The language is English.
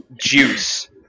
juice